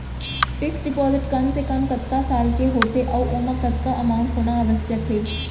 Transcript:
Fix deposit कम से कम कतका साल के होथे ऊ ओमा कतका अमाउंट होना आवश्यक हे?